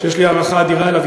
שיש לי הערכה אדירה אליו,